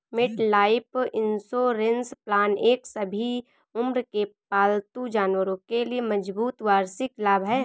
MetLife insurance plan एक सभी उम्र के पालतू जानवरों के लिए मजबूत वार्षिक लाभ है